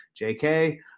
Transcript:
JK